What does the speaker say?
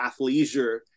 athleisure